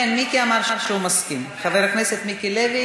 כן, חבר הכנסת מיקי לוי